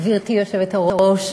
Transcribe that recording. גברתי היושבת-ראש,